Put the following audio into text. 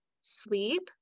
sleep